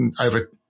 over